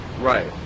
Right